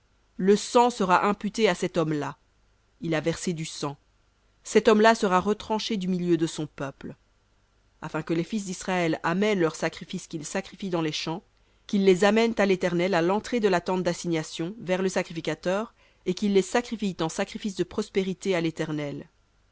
le sang sera imputé à cet homme-là il a versé du sang cet homme-là sera retranché du milieu de son peuple afin que les fils d'israël amènent leurs sacrifices qu'ils sacrifient dans les champs qu'ils les amènent à l'éternel à l'entrée de la tente d'assignation vers le sacrificateur et qu'ils les sacrifient en sacrifices de prospérités à l'éternel